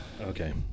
Okay